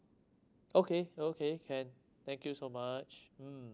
okay okay can thank you so much mm